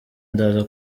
ndaza